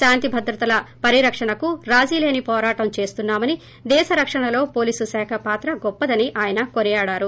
శాంతి భద్రతల పరిరక్షణకు రాజీ లేని పోరాటం చేస్తున్నామని దేశరక్షణలో పోలీస్ శాఖ పాత్ర గొప్పదని ఆయన కొనియాడారు